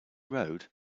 road